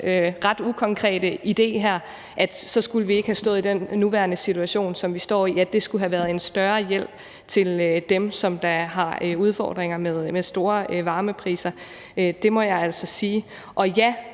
ret ukonkrete idé her, havde vi ikke stået i den nuværende situation, som vi står i, og at det skulle have været en større hjælp til dem, som har udfordringer med høje varmepriser; det må jeg altså sige. Og ja,